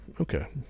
Okay